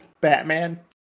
Batman